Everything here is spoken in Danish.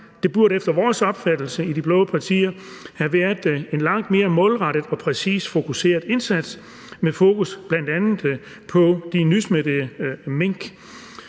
Det burde efter vores opfattelse i de blå partier have været en langt mere målrettet og præcist fokuseret indsats med fokus på bl.a. de nysmittede mink.